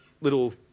little